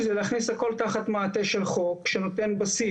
אני בא מהרכיבים הרטובים בתחילת הקריירה שלי ואני מכיר את זה גם בים,